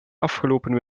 afgelopen